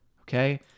okay